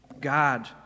God